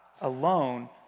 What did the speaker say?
alone